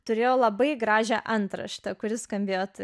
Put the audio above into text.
turėjo labai gražią antraštę kuri skambėtų